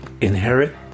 inherit